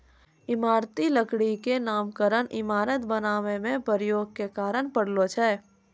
इमारती लकड़ी क नामकरन इमारत बनावै म प्रयोग के कारन परलो छै